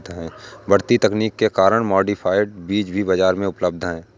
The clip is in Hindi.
बढ़ती तकनीक के कारण मॉडिफाइड बीज भी बाजार में उपलब्ध है